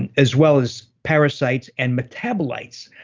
and as well as parasites and metabolites,